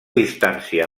distància